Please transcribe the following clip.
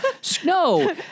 snow